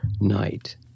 night